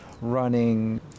Running